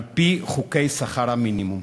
על-פי חוקי שכר המינימום.